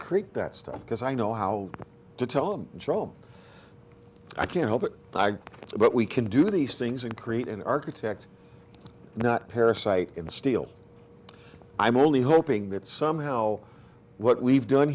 create that stuff because i know how to tell them i can't help it but we can do these things and create an architect not parasite and steal i'm only hoping that somehow what we've done